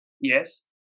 Yes